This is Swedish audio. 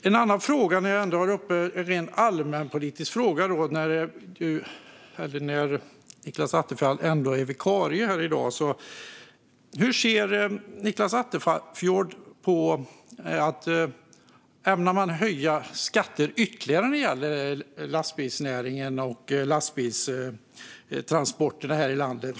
Jag har en annan allmänpolitisk fråga till Nicklas Attefjord när han ändå är vikarie här i dag. Ämnar man höja skatter ytterligare när det gäller lastbilsnäringen och lastbilstransporterna här i landet?